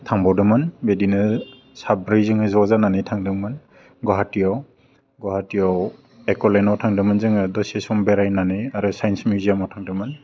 थांबावदोंमोन बिदिनो साब्रै जोङो ज' जानानै थांदोंमोन गुवाहाटीआव गुवाहाटीआव इक'लेण्डआव थांदोंमोन जोङो दसे सम बेरायनानै आरो साइन्स मिउजियामाव थांदोंमोन